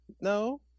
No